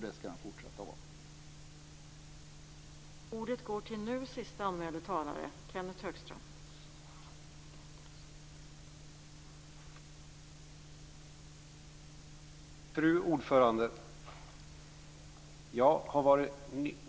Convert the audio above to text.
Det skall den fortsätta att vara.